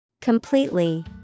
Completely